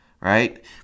Right